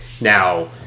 now